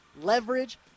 leverage